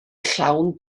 llawn